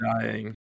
dying